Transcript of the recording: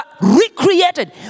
recreated